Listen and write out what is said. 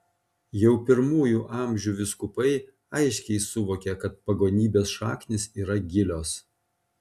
jau pirmųjų amžių vyskupai aiškiai suvokė kad pagonybės šaknys yra gilios